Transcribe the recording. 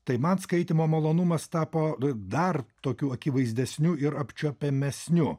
tai man skaitymo malonumas tapo dar tokiu akivaizdesniu ir apčiuopiamesnių